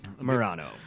Murano